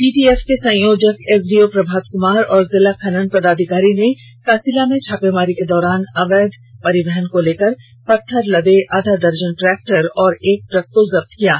DTF के संयोजक SDO Prabhat Kumar और जिला खनन पदाधिकारी ने कासिला में छापेमारी के दौरान अवैध परिवहन को लेकर पत्थर लदे आधा दर्जन ट्रैक्टर और एक ट्रक को जब्त किया गया